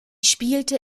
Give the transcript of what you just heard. spielte